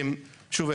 שוב,